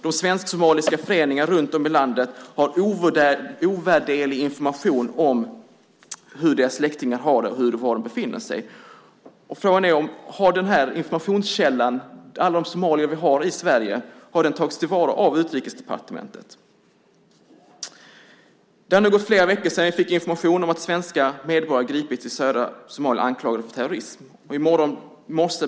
De svensk-somaliska föreningarna runtom i landet har ovärderlig information om hur deras släktingar har det och var de befinner sig. Har den informationskällan - alla somalier i Sverige - tagits till vara av Utrikesdepartementet? Det har nu gått flera veckor sedan vi fick information om att svenska medborgare gripits i södra Somalia anklagade för terrorism.